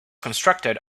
constructed